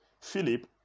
Philip